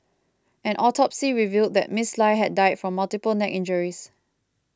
an autopsy revealed that Miss Lie had died from multiple neck injuries